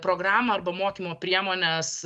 programą arba mokymo priemones